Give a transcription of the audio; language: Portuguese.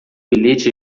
bilhete